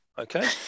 Okay